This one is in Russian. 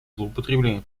злоупотребления